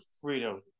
freedom